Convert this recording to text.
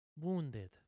Wounded